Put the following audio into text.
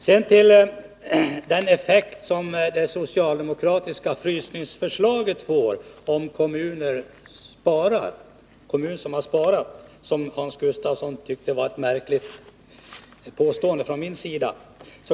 Sedan till den effekt som det socialdemokratiska frysningsförslaget får för en kommun som har sparat; Hans Gustafsson tyckte att det var ett märkligt påstående jag gjorde.